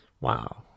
wow